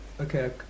Okay